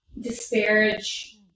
disparage